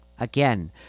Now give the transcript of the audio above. Again